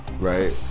right